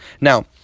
Now